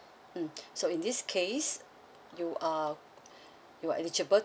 mm so in this case you are you are eligible